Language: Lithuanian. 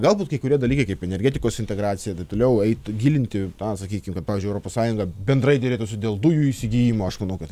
galbūt kai kurie dalykai kaip energetikos integracija ir taip toliau eit gilinti na sakykim pavyzdžiui europos sąjunga bendrai derėtųsi dėl dujų įsigijimo aš manau kad